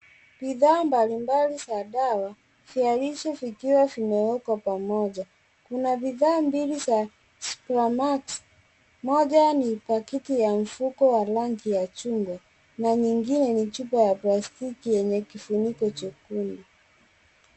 Bidhaa mbalimbali za dawa viarishi vikiwa vimewekwa pamoja kuna bidhaa mbili za Supramax moja ni paketi ya mfuko wa rangi ya chungwa na nyingine ni chupa ya plastiki yenye kifuniko chekundu.